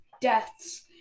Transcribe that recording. deaths